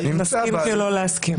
נסכים שלא להסכים.